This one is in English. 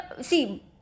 see